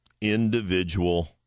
individual